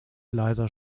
leiser